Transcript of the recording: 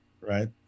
right